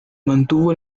mantuvo